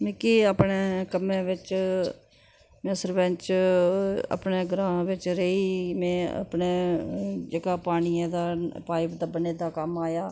मिगी अपने कम्मै बिच्च में सरपैंच अपने ग्रांऽ बिच्च रेही में अपने जेह्का पानियै दा पाइप दब्बने दा कम्म आया